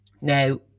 now